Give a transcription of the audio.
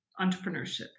entrepreneurship